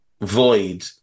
void